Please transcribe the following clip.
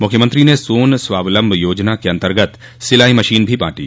मुख्यमंत्री ने सोन स्वावलंबन योजना के अंतर्गत सिलाई मशीन भी बांटी